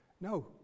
No